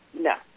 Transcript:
no